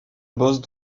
bosse